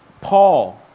Paul